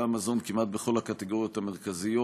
המזון כמעט בכל הקטגוריות המרכזיות.